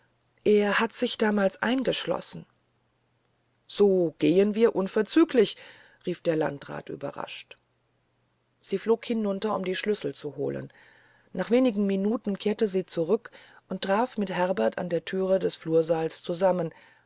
er hat sich damals eingeschlossen so gehen wir unverzüglich rief der landrat überrascht sie flog hinunter um die schlüssel zu holen nach wenigen minuten kehrte sie zurück und traf mit herbert an der thüre des flursaales zusammen